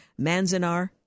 Manzanar